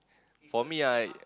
for me I